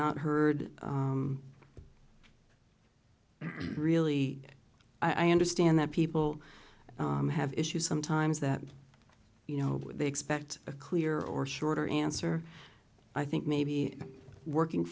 not heard really i understand that people have issues sometimes that you know they expect a clear or shorter answer i think maybe working